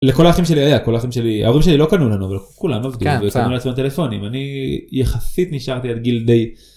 לכל האחים שלי היה, כל האחים שלי... ההורים שלי לא לנו, אבל כולם עבדו והשיגו לעצמם טלפונים, ואני יחסית נשארתי עד גיל די.